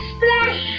Splash